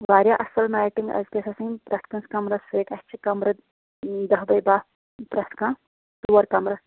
واریاہ اَصٕل میٚٹِنٛگ اَسہِ گَژھِ آسٕنۍ پرٛتھ کٲنٛسہِ کَمرَس فِٹ اَسہِ چھِ کَمرٕ دَہ باے باہ پرٛتھ کانٛہہ ژور کَمرٕ